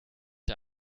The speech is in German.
der